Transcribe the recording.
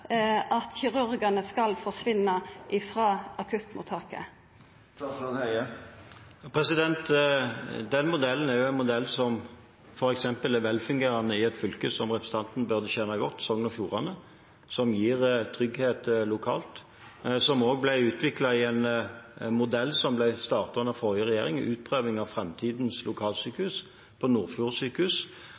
at kirurgane skal forsvinna frå akuttmottaket. Den modellen er en modell som er velfungerende f.eks. i et fylke som representanten burde kjenne godt, Sogn og Fjordane. Den gir trygghet lokalt og ble utviklet i en modell, «Utprøving av fremtidens lokalsykehus», som ble startet på Nordfjord sjukehus under forrige regjering. Det er også modellen de har på